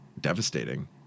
devastating